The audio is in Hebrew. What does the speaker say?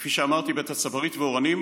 כפי שאמרתי, בית הצברית ואורנים,